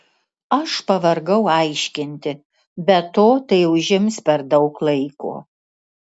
aš pavargau aiškinti be to tai užims per daug laiko